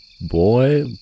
boy